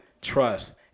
trust